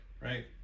right